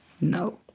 No